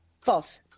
False